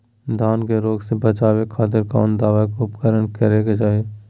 धान के रोग से बचावे खातिर कौन दवा के उपयोग करें कि चाहे?